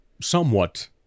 somewhat